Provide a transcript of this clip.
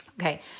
Okay